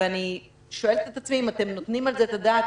אני שואלת את עצמי אם אתם נותנים על זה את הדעת,